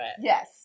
Yes